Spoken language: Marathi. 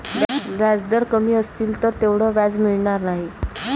व्याजदर कमी असतील तर तेवढं व्याज मिळणार नाही